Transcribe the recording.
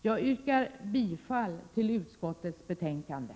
Jag yrkar bifall till utskottets hemställan i betänkandet.